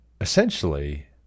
essentially